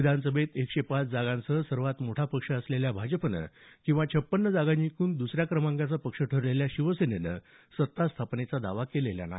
विधानसभेत एकशे पाच जागांसह सर्वात मोठा पक्ष असलेल्या भाजपनं किंवा छप्पन्न जागा जिंकून दुसऱ्या क्रमांकाचा पक्ष ठरलेल्या शिवसेनेनं सत्ता स्थापनेचा दावा केलेला नाही